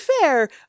fair